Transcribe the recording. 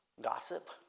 gossip